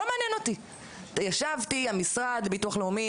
ישבתם עם הביטוח הלאומי,